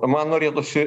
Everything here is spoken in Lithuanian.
man norėtųsi